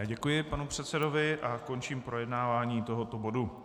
Já děkuji panu předsedovi a končím projednávání tohoto bodu.